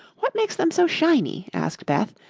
what makes them so shiny? asked beth,